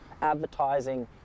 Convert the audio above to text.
advertising